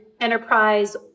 enterprise